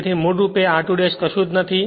તેથી મૂળ રૂપે r2 ' કશું જ નથી